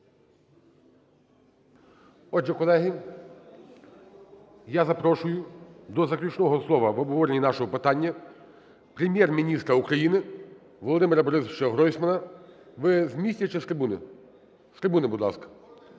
Отже, колеги, я запрошую до заключного слова в обговоренні нашого питання Прем'єр-міністра України Володимира Борисовича Гройсмана. Ви з місця чи з трибуни? З трибуни, будь ласка.